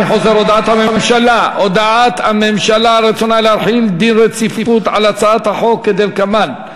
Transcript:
אני חוזר: הודעת הממשלה על רצונה להחיל דין רציפות על הצעת החוק כדלקמן: